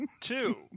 Two